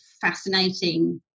fascinating